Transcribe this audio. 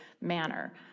manner